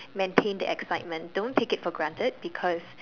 maintain that excitement don't take it for granted because